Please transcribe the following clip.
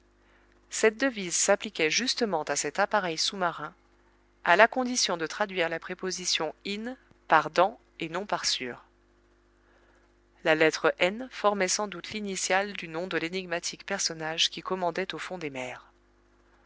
cette devise s'appliquait justement à cet appareil sous-marin à la condition de traduire la préposition in par dans et non par sur la lettre n formait sans doute l'initiale du nom de l'énigmatique personnage qui commandait au fond des mers